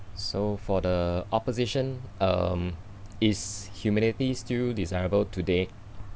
so for the opposition um is humility still desirable today